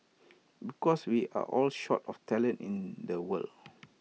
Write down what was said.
because we are all short of talent in the world